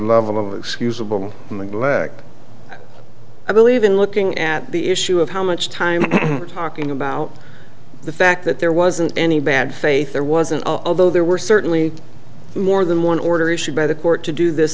level of excusable in the black i believe in looking at the issue of how much time talking about the fact that there wasn't any bad faith there wasn't of though there were certainly more than one order issued by the court to do this